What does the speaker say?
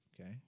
Okay